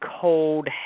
cold